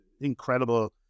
incredible